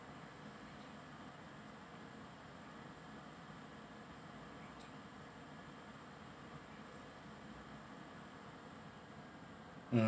um